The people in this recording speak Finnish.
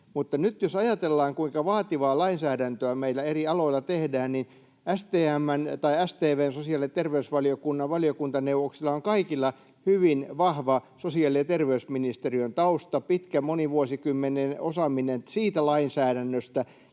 Mutta nyt jos ajatellaan, kuinka vaativaa lainsäädäntöä meillä eri aloilla tehdään, niin StV:n, sosiaali- ja terveysvaliokunnan, valiokuntaneuvoksilla on kaikilla hyvin vahva sosiaali- ja terveysministeriön tausta, pitkä, monen vuosikymmenen osaaminen siitä lainsäädännöstä.